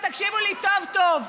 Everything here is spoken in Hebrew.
תקשיבו לי טוב טוב.